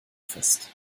fest